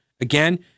Again